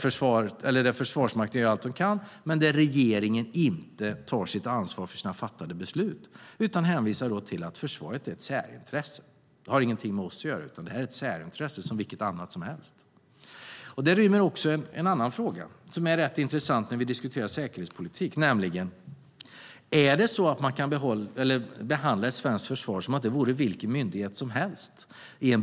Försvarsmakten gör allt man kan men regeringen tar inte ansvar för fattade beslut utan hänvisar till att försvaret är ett särintresse; försvaret har inget med oss att göra utan är ett särintresse som vilket annat intresse som helst. Det här rymmer en annan intressant fråga när vi diskuterar säkerhetspolitik, nämligen om det svenska försvaret i en budgetprövning kan behandlas som vilken myndighet som helst.